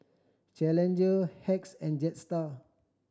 Challenger Hacks and Jetstar